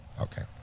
okay